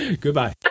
Goodbye